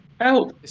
help